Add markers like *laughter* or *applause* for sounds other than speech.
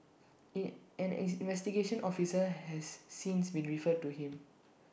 in an is investigation officer has since been referred to him *noise*